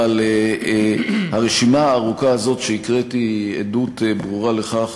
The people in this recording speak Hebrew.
אבל הרשימה הארוכה הזו שהקראתי היא עדות ברורה לכך